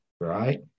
right